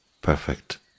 perfect